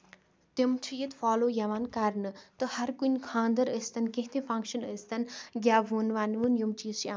تِم چھِ یتہِ فالو یِوان کرنہٕ تہٕ ہر کُنہِ خاندر ٲستن کیٚنٛہہ تہِ فنکشن ٲستن گیٚوُن وَنوُن یِم چیٖز چھِ یِوان ییٚتہِ کرنہٕ